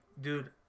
dude